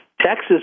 Texas